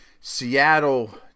Seattle